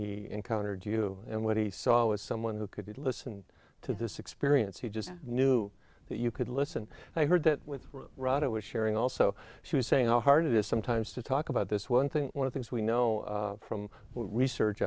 he encountered you and what he saw was someone who could listen to this experience he just knew that you could listen i heard that with rod it was sharing also she was saying how hard it is sometimes to talk about this one thing one of things we know from research